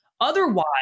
Otherwise